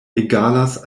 egalas